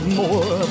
more